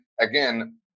again